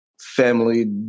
family